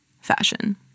fashion